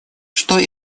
что